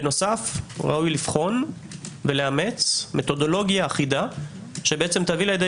בנוסף ראוי לבחון ולאמץ מתודולוגיה אחידה שתביא לידי